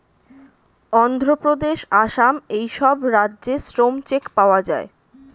অন্ধ্রপ্রদেশ, আসাম এই সব রাজ্যে শ্রম চেক পাওয়া যায়